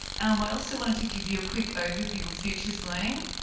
um i also wanted to give you a quick overview of futures learning.